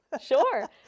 sure